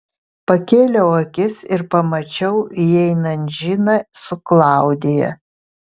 pakėliau akis ir pamačiau įeinant džiną su klaudija